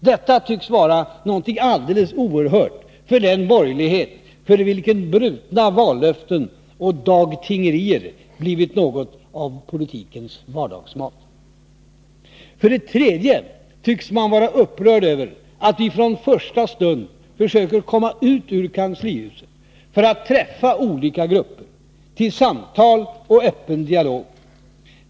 Detta tycks vara någonting alldeles oerhört för den borgerlighet för vilken brutna vallöften och ”dagtingerier” blivit något av politikens vardagsmat. För det tredje tycks man vara upprörd över att vi från första stund försöker komma ut ur kanslihuset för att träffa olika grupper till samtal och öppen dialog.